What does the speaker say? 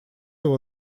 его